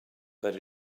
but